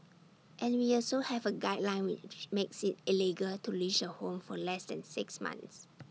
and we also have A guideline which makes IT illegal to lease A home for less than six months